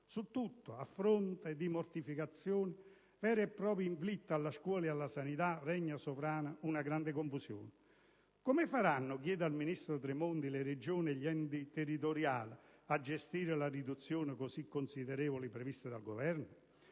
Su tutto, a fronte di mortificazioni vere e proprie inflitte alla scuola e alla sanità, regna sovrana una grande confusione. Come faranno, chiedo al ministro Tremonti, le Regioni e gli altri enti territoriali a gestire le riduzioni così considerevoli previste dal Governo?